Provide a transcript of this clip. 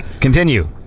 Continue